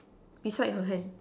beside her hand